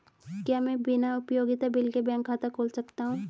क्या मैं बिना उपयोगिता बिल के बैंक खाता खोल सकता हूँ?